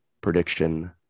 prediction